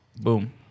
Boom